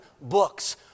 books